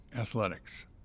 athletics